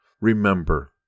remember